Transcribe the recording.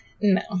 No